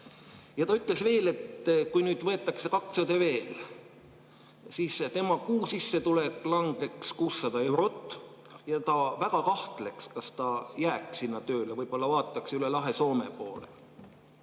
Ja ta ütles, et kui nüüd võetakse kaks õde veel, siis tema kuusissetulek langeks 600 eurot ja ta väga kahtleks, kas ta jääb sinna tööle, võib-olla vaataks üle lahe Soome poole.